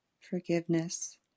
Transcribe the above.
Forgiveness